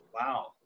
Wow